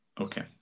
Okay